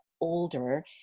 older